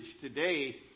today